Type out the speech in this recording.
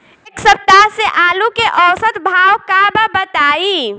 एक सप्ताह से आलू के औसत भाव का बा बताई?